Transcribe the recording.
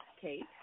Kate